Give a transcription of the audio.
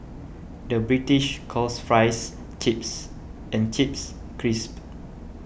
the British calls Fries Chips and Chips Crisps